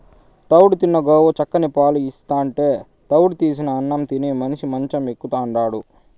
తౌడు తిన్న గోవు చిక్కని పాలు ఇస్తాంటే తౌడు తీసిన అన్నం తిని మనిషి మంచం ఎక్కుతాండాడు